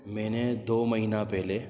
میں نے دو مہینہ پہلے